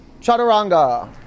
chaturanga